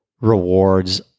rewards